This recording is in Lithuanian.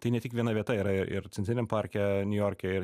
tai ne tik viena vieta yra ir centriniam parke niujorke ir